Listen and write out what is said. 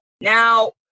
Now